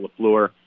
LaFleur